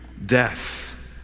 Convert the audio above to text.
death